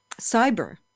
cyber